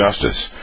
justice